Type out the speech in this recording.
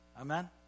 Amen